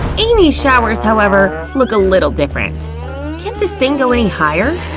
amy's showers, however, look a little different. can't this thing go any higher?